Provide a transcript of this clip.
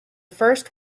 first